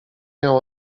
miał